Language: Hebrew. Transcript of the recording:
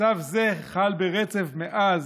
מצב זה חל ברצף מאז.